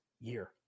year